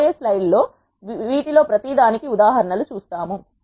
రాబోయే స్లైడ్లలో వీటిలో ప్రతి దానికి ఉదాహరణ లు చూస్తాము